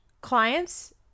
Clients